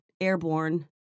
airborne